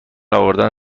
آوردن